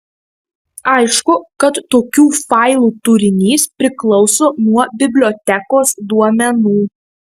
aišku kad tokių failų turinys priklauso nuo bibliotekos duomenų